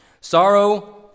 Sorrow